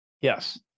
Yes